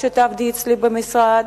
כשתעבדי אצלי במשרד?